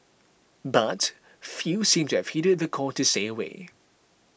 but few seemed to have heeded the call to stay away